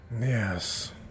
Yes